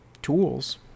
tools